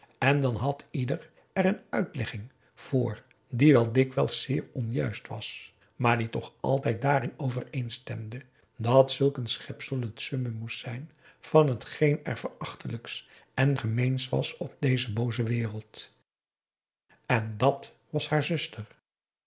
en dan had ieder er een uitlegging voor die wel dikwijls zeer onjuist was maar die toch altijd daarin overeenstemde dat zulk een schepsel het summum moest zijn van t geen er verachtelijks en gemeens was op deze booze wereld en dat was haar zuster